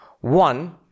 One